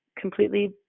completely